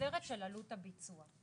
נגזרת של עלות הביצוע.